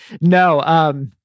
no